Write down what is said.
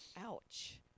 ouch